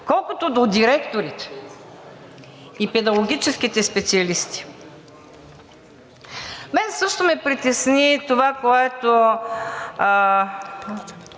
Колкото до директорите и педагогическите специалисти – мен също ме притесни това, което